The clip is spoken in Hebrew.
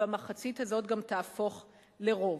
והמחצית הזאת גם תהפוך לרוב.